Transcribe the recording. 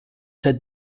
said